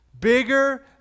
Bigger